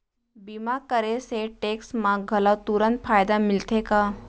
बीमा करे से टेक्स मा घलव तुरंत फायदा मिलथे का?